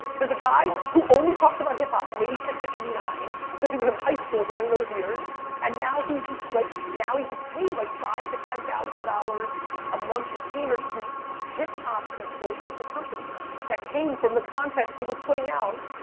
there's a guy who only talks about hip hop from eighty six to eighty nine cause he was in high school during those years and now he's like now he gets paid like five to ten thousand dollars a month retainer to do hip hop consulting for companies that came from the content he was putting out.